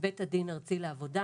בית הדין הארצי לעבודה,